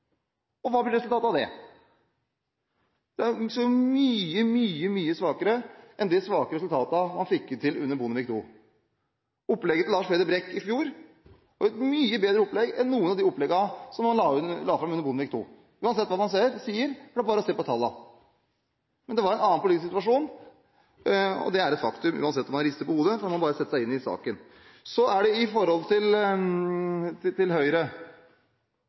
Høyre. Hva blir resultatet av det? De står jo mye, mye svakere nå enn med de svake resultatene fra Bondevik II. Opplegget til Lars Peder Brekk i fjor var et mye bedre opplegg enn noen av de oppleggene man la fram under Bondevik II, uansett hva man sier – det er bare å se på tallene. Det var en annen politisk situasjon, og det er et faktum, uansett om en rister på hodet – man må bare sette seg inn i saken. Så til Høyre,